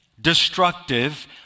destructive